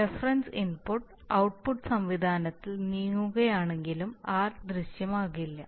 reference input output സാവധാനത്തിൽ നീങ്ങുകയാണെങ്കിലും r ദൃശ്യം ആകില്ല